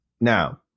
Now